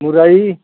मुरई